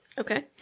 Okay